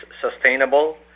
sustainable